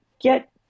get